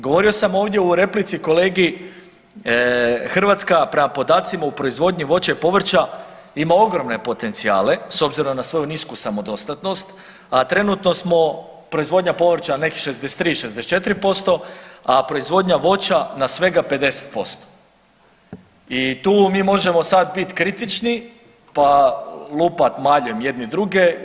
Govorio sam ovdje u replici kolegi Hrvatska prema podacima u proizvodnji voća i povrća ima ogromne potencijale s obzirom na svoju nisku samodostatnost, a trenutno smo proizvodnja povrća nekih 63-64%, a proizvodnja voća na svega 50% i tu mi možemo sad bit kritični, pa lupat maljem jedni druge.